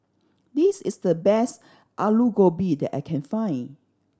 this is the best Alu Gobi that I can find